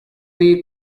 the